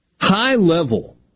high-level